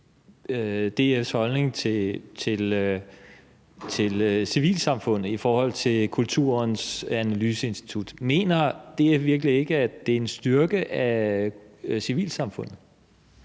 DF's holdning til civilsamfundet i forhold til Kulturens Analyseinstitut? Mener DF virkelig ikke, at det er en styrkelse af civilsamfundet?